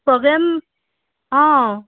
programme অ'